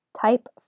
Type